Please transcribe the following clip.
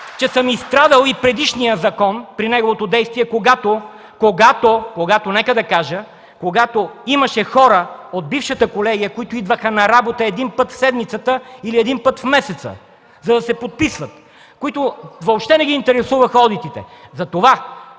че съм изстрадал и предишния закон при неговото действие, когато имаше хора от бившата колегия, които идваха на работа един път в седмицата или един път в месеца, за да се подписват и въобще не ги интересуваха одитите. Затова